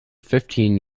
fifteen